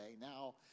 Now